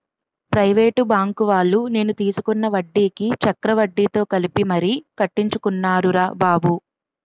private బాంకువాళ్ళు నేను తీసుకున్న వడ్డీకి చక్రవడ్డీతో కలిపి మరీ కట్టించుకున్నారురా బాబు